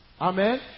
Amen